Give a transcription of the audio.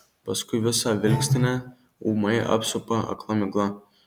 paskui visą vilkstinę ūmai apsupa akla migla